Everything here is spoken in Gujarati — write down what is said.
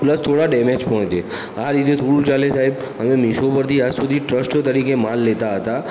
પ્લસ થોડા ડેમેજ પણ છે આ રીતે થોડું ચાલે સાહેબ અમે મીશો પરથી આજ સુધી ટ્રસ્ટ તરીકે માલ લેતા હતા